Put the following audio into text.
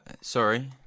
Sorry